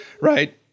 right